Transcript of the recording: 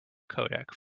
codec